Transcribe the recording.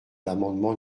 l’amendement